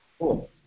Cool